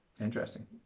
Interesting